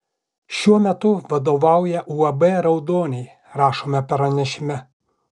šiuo metu vadovauja uab raudoniai rašoma pranešime